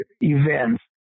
events